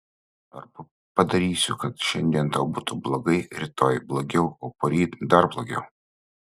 arba padarysiu kad šiandien tau būtų blogai rytoj blogiau o poryt dar blogiau